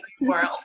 world